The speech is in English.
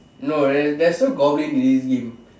no eh there's no goblin in this game